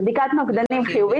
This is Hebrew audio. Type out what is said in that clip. זו בדיקת נוגדנים חיובית.